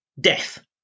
death